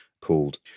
called